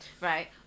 Right